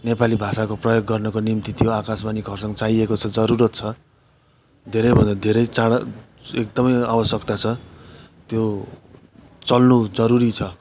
नेपाली भाषाको प्रयोग गर्नुको निम्ति त्यो आकाशवाणी खरसाङ चाहिएको छ जरुरत छ धेरैभन्दा धेरै चाँडो एकदमै आवश्यकता छ त्यो चल्नु जरुरी छ